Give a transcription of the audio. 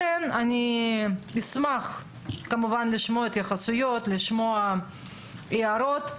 אני כמובן אשמח לשמוע התייחסויות ולשמוע הערות.